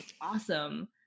awesome